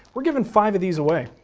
we're giving five of these away.